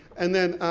and then.